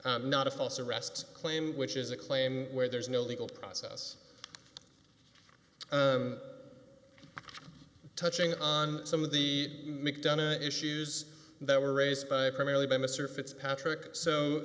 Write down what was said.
claim not a false arrest claim which is a claim where there is no legal process i'm touching on some of the mcdonough issues that were raised by primarily by mr fitzpatrick so